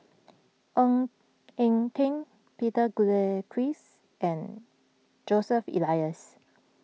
Ng Eng Teng Peter Gilchrist and Joseph Elias